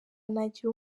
nagira